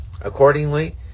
Accordingly